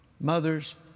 mothers